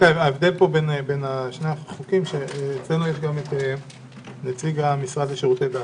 ההבדל בין שני החוקים שאצלנו יש גם את נציג המשרד לשירותי דת.